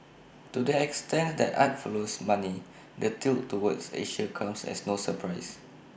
to the extent that art follows money the tilt towards Asia comes as no surprise